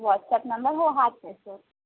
WhatsApp number हो हाच आहे सर